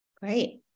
Great